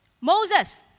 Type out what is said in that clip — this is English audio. Moses